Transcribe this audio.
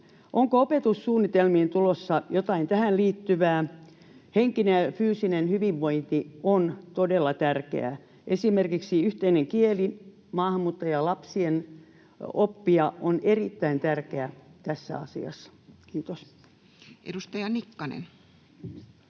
onko opetussuunnitelmiin tulossa jotain tähän liittyvää? Henkinen ja fyysinen hyvinvointi on todella tärkeää. Esimerkiksi yhteinen kieli maahanmuuttajalapsien oppia on erittäin tärkeää tässä asiassa. — Kiitos. [Speech